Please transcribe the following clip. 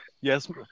Yes